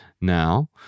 now